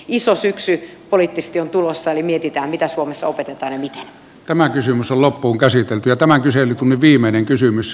iso syksy poliittisesti on tulossa eli mietitään mitä suomessa opetetaan miten tämä kysymys on loppuunkäsitelty ja miten